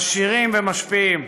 עשירים ומשפיעים.